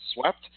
swept